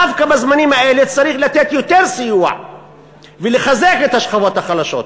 דווקא בזמנים האלה צריך לתת יותר סיוע ולחזק את השכבות החלשות,